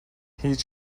هیچ